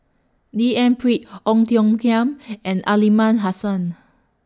D N Pritt Ong Tiong Khiam and Aliman Hassan